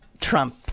Trump